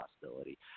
possibility